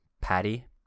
Patty